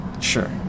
Sure